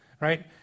Right